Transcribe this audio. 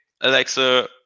Alexa